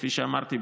כפי שאמרתי,